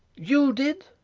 you? did